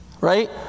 Right